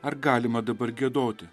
ar galima dabar giedoti